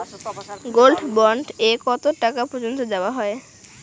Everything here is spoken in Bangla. গোল্ড বন্ড এ কতো টাকা পর্যন্ত দেওয়া হয়?